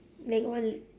like one